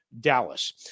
Dallas